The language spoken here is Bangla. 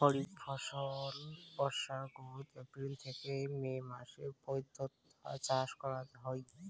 খরিফ ফসল বর্ষার শুরুত, এপ্রিল থেকে মে মাসের মৈধ্যত চাষ করা হই